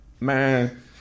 man